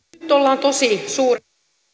nyt ollaan tosi suuren